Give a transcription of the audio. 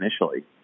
initially